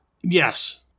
Yes